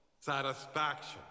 satisfaction